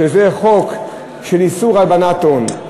שזה החוק של איסור הלבנת הון.